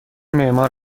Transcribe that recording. معمار